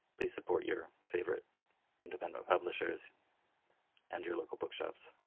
please support your favourite independent publishers and your local book shops,